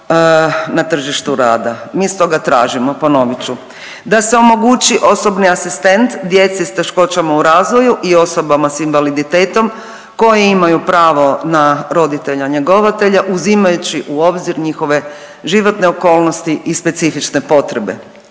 na tržištu rada. Mi stoga tražimo, ponovit ću, da se omogući osobni asistent djeci s teškoćama u razvoju i osobama s invaliditetom koje imaju pravo na roditelja njegovatelja uzimajući u obzir njihove životne okolnosti i specifične potrebe.